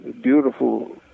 beautiful